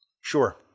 Sure